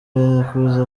yakuze